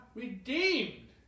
redeemed